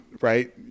right